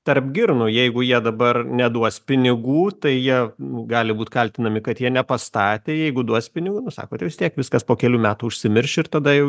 tarp girnų jeigu jie dabar neduos pinigų tai jie gali būt kaltinami kad jie nepastatė jeigu duos pinigų nu sakot vis tiek viskas po kelių metų užsimirš ir tada jau